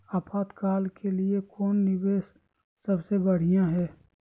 आपातकाल के लिए कौन निवेस सबसे बढ़िया है?